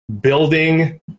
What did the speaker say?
building